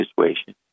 situation